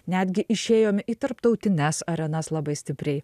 netgi išėjom į tarptautines arenas labai stipriai